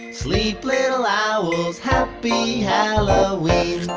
sleep little owls. happy halloween!